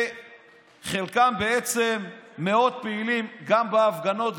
וחלקם בעצם מאוד פעילים גם בהפגנות,